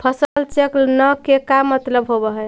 फसल चक्र न के का मतलब होब है?